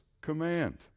command